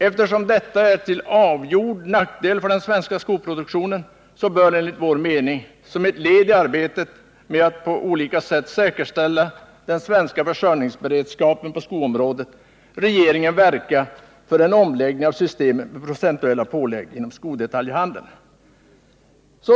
Eftersom detta är till avgjord nackdel för den svenska skoproduktionen, bör enligt vår mening, som ett led i arbetet med att på olika sätt säkerställa den svenska försörjningsberedskapen på skoområdet, regeringen verka för en omläggning av systemet med procentuella pålägg inom skodetaljhandeln.